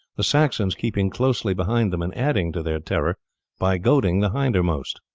the saxons keeping closely behind them and adding to their terror by goading the hindermost.